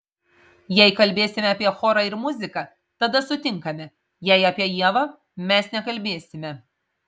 jei kalbėsime apie chorą ir muziką tada sutinkame jei apie ievą mes nekalbėsime